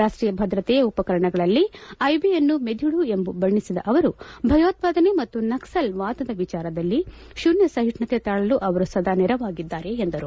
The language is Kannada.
ರಾಷ್ಟೀಯ ಭದ್ರತೆಯ ಉಪಕರಣಗಳಲ್ಲಿ ಐಬಿಯನ್ನು ಮೆದಿಳು ಎಂಬು ಬಣ್ಣಿಸಿದ ಅವರು ಭಯೋತ್ವಾದನೆ ಮತ್ತು ನಕ್ಸಲ್ ವಾದದ ವಿಚಾರದಲ್ಲಿ ಶೂನ್ಯ ಸಹಿಷ್ಣತೆ ತಾಳಲು ಅವರು ಸದಾ ನೆರವಾಗಿದ್ದಾರೆ ಎಂದರು